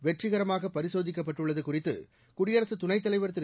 வெற்றிகரமாக பரிசோதிக்கப்பட்டுள்ளது குறித்து குடியரசு துணைத் தலைவர் திரு